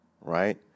right